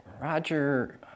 Roger